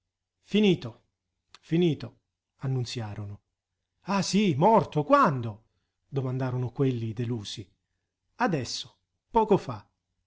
finito finito annunziarono ah sì morto quando domandarono quelli delusi adesso poco fa